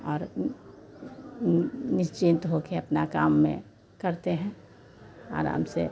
और निश्चिंत होकर अपना काम में करते हैं आराम से